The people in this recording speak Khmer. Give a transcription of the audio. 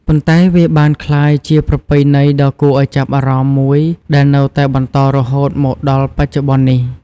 ប៉ុន្តែវាបានក្លាយជាប្រពៃណីដ៏គួរឲ្យចាប់អារម្មណ៍មួយដែលនៅតែបន្តរហូតមកដល់បច្ចុប្បន្ននេះ។